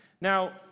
now